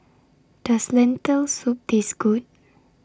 Does Lentil Soup Taste Good